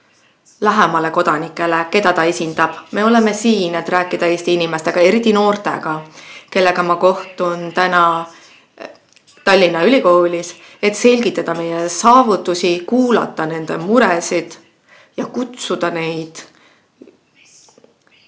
lähemale kodanikele, keda ta esindab. Me oleme siin, et rääkida Eesti inimestega, eriti noortega, kellega ma kohtun täna Tallinna Ülikoolis, et selgitada meie saavutusi, kuulata nende muresid ja kutsuda neid